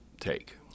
take